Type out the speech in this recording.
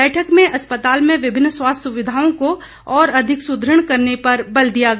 बैठक में अस्पताल में विभिन्न स्वास्थ्य सुविधाए को और अधिक सुदृढ़ करने पर बल दिया गया